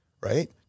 right